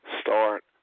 start